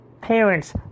parents